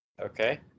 Okay